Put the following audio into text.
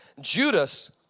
Judas